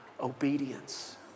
obedience